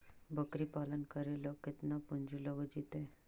बकरी पालन करे ल केतना पुंजी लग जितै?